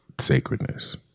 sacredness